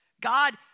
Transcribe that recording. God